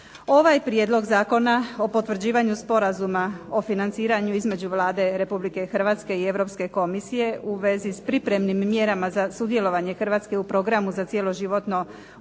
Ovaj prijedlog zakona o potvrđivanju Sporazuma o financiranju između Vlade Republike Hrvatske i Europske komisije u vezi s pripremnim mjerama za sudjelovanje Hrvatske u Programu za cjeloživotno